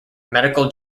medical